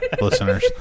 listeners